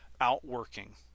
outworking